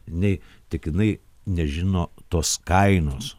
nei tik jinai nežino tos kainos